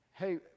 hey